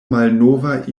malnova